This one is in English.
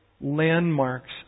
landmarks